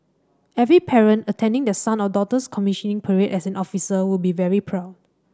every parent attending their son or daughter's commissioning parade as an officer would be very proud